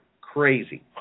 crazy